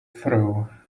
furrow